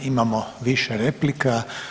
Imamo više replika.